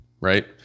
right